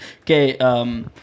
Okay